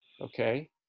Okay